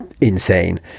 insane